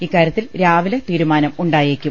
ഇക്കാരൃത്തിൽ രാവിലെ തീരുമാനം ഉണ്ടായേക്കും